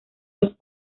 los